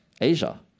Asia